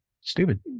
stupid